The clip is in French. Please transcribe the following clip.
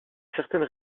certaines